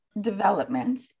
development